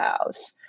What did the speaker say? house